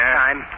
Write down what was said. time